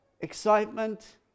excitement